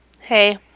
Hey